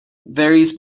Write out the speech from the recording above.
varies